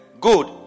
Good